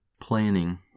Planning